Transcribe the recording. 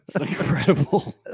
incredible